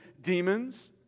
demons